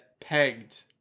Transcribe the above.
pegged